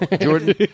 Jordan